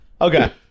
Okay